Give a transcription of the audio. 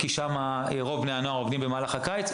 כי שם מועסקים רוב בני הנוער שעובדים במהלך הקיץ.